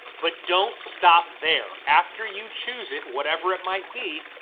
but don't stop there. after you choose it, whatever it might be,